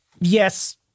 Yes